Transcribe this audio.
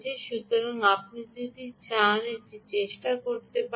সুতরাং আপনি যদি চান এটি চেষ্টা করতে পারেন